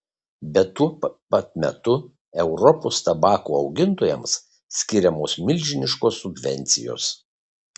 bet tuo pat metu europos tabako augintojams skiriamos milžiniškos subvencijos